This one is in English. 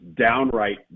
downright